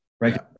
Right